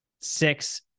six